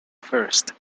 first